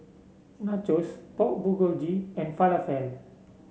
Nachos Pork Bulgogi and Falafel